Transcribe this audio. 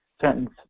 sentence